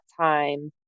time